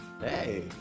Hey